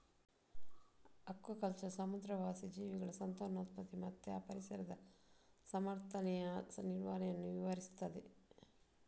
aquaculture ಸಮುದ್ರವಾಸಿ ಜೀವಿಗಳ ಸಂತಾನೋತ್ಪತ್ತಿ ಮತ್ತೆ ಆ ಪರಿಸರದ ಸಮರ್ಥನೀಯ ನಿರ್ವಹಣೆಯನ್ನ ವಿವರಿಸ್ತದೆ